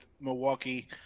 Milwaukee